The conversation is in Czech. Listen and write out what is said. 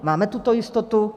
Máme tuto jistotu?